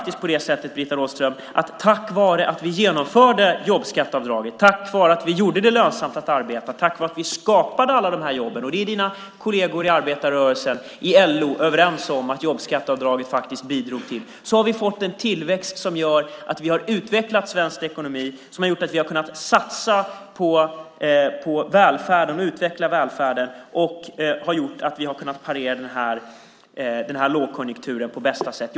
Tack vare att vi genomförde jobbskatteavdraget, tack vare att vi gjorde det lönsamt att arbeta, tack vare att vi skapade alla jobb - dina kolleger i arbetarrörelsen och LO är överens om att jobbskatteavdraget bidrog till detta - har vi fått en tillväxt som gör att vi har utvecklat svensk ekonomi och kunnat satsa på välfärden, utveckla välfärden och parera lågkonjunkturen på bästa sätt.